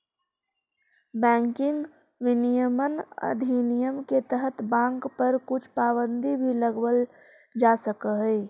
banking विनियमन अधिनियम के तहत बाँक पर कुछ पाबंदी भी लगावल जा सकऽ हइ